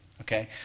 Okay